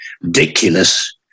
ridiculous